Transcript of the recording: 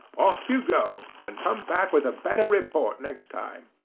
off you go, and come back with a better report next time.